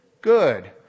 Good